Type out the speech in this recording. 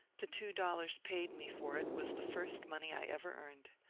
the two dollars paid me for it was the first money i ever earned.